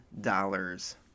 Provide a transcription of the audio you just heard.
dollars